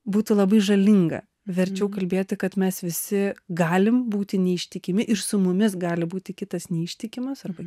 būtų labai žalinga verčiau kalbėti kad mes visi galim būti neištikimi ir su mumis gali būti kitas neištikimas arba